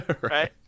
right